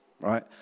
Right